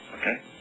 Okay